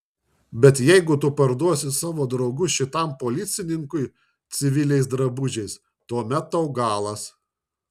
bet jeigu tu parduosi savo draugus šitam policininkui civiliais drabužiais tuomet tau galas